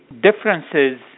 differences